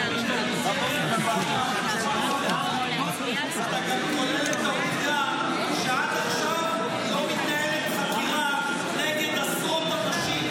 גם כולל את העובדה שעד עכשיו לא מתנהלת חקירה נגד עשרות אנשים,